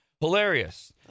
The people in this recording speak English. hilarious